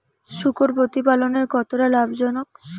শূকর প্রতিপালনের কতটা লাভজনক?